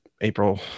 April